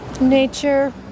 nature